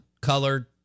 colored